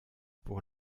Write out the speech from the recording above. pour